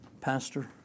Pastor